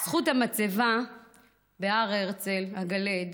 בזכות המצבה בהר הרצל, הגלעד,